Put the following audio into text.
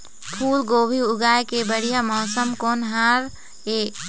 फूलगोभी उगाए के बढ़िया मौसम कोन हर ये?